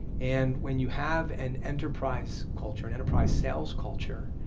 and when you have an enterprise culture, an enterprise sales culture,